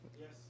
Yes